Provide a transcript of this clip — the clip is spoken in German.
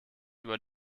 über